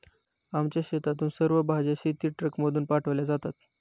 आमच्या शेतातून सर्व भाज्या शेतीट्रकमधून पाठवल्या जातात